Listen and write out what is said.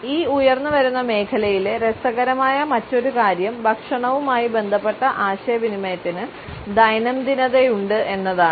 ഈ ഉയർന്നുവരുന്ന മേഖലയിലെ രസകരമായ മറ്റൊരു കാര്യം ഭക്ഷണവുമായി ബന്ധപ്പെട്ട ആശയവിനിമയത്തിന് ദൈനംദിനതയുണ്ട് എന്നതാണ്